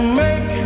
make